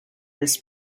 this